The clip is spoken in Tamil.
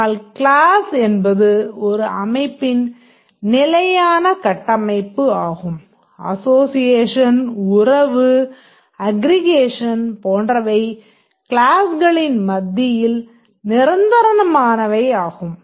ஆனால் க்ளாஸ் என்பது ஒரு அமைப்பின் நிலையான கட்டமைப்பு ஆகும் அசோசியேஷன் உறவு அக்ரிகேஷன் போன்றவை க்ளாஸ்களின் மத்தியில் நிரந்தரமானவை ஆகும்